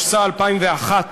התשס"א 2001,